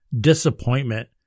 disappointment